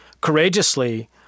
courageously